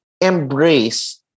embrace